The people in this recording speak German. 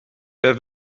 wer